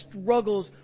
struggles